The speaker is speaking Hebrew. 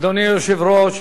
אדוני היושב-ראש,